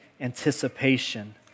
anticipation